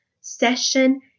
session